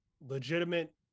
legitimate